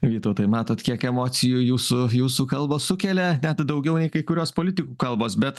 vytautai matot kiek emocijų jūsų jūsų kalbos sukelia net daugiau nei kai kurios politikų kalbos bet